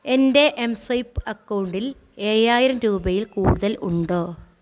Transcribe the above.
എൻ്റെ M swipe അക്കൗണ്ടിൽ ഏഴായിരം രൂപയിൽ കൂടുതൽ ഉണ്ടോ